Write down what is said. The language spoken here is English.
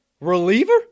Reliever